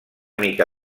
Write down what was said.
mica